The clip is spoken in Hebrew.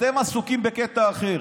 אתם עסוקים בקטע אחר.